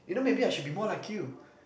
you know maybe I should be more like you